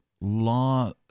law